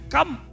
Come